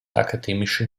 akademischen